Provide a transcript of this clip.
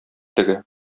теге